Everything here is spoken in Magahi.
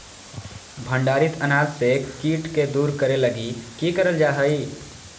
भंडारित अनाज से कीट के दूर करे लगी भी करल जा हइ